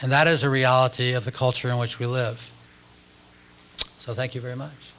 and that is a reality of the culture in which we live so thank you very much